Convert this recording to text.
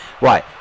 Right